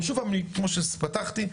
ושוב כמו שפתחתי,